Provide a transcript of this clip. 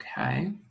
Okay